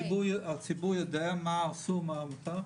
הציבור יודע מה אסור ומה מותר?